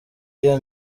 iyo